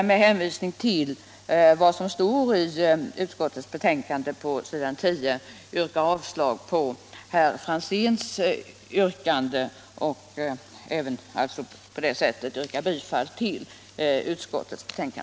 Med hänvisning till vad som står på s. 10 i betänkandet vill jag dessutom yrka avslag på herr Franzéns yrkande och alltså även i det avseende bifall till utskottets hemställan.